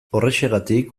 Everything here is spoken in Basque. horrexegatik